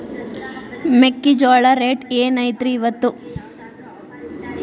ಮೆಕ್ಕಿಜೋಳ ರೇಟ್ ಏನ್ ಐತ್ರೇ ಇಪ್ಪತ್ತು?